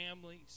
families